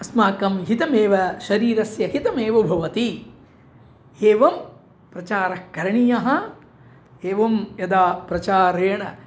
अस्माकं हितमेव शरीरस्य हितमेव भवति एवं प्रचारः करणीयः एवं यदा प्रचारेण